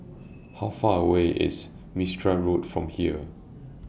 How Far away IS Mistri Road from here